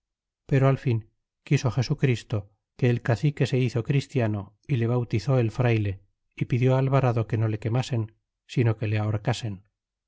pero al fin quiso jesu christo que el cacique se hizo chris nano y le bautizó el frayle y pidió alvarado que no le quemasen sino que le ahorcasen